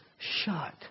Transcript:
shut